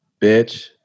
bitch